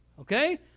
Okay